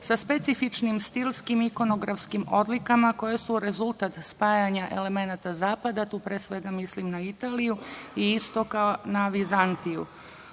sa specifičnim stilskim ikonografskim odlikama koje su rezultat spajanja elemenata sa zapada, tu pre svega mislim na Italiju, i istoka, na Vizantiju. Ovaj